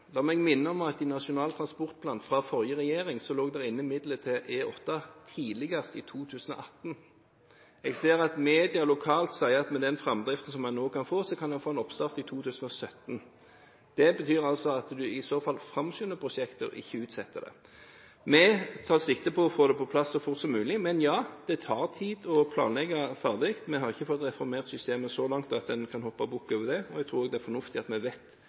La meg minne om at i Nasjonal transportplan fra forrige regjering lå det inne midler til E8 tidligst i 2018. Jeg ser at media lokalt sier at med den framdriften som vi nå kan få, kan en få en oppstart i 2017. Det betyr altså at en i så fall framskynder prosjektet, og ikke utsetter det. Vi tar sikte på å få det på plass så fort som mulig. Men ja, det tar tid å planlegge ferdig – vi har ikke fått reformert systemet så langt at en kan hoppe bukk over det. Jeg tror det er fornuftig at vi